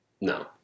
No